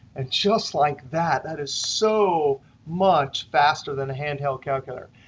and just like that, that is so much faster than a handheld calculator.